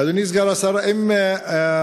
אדוני סגן השר, האם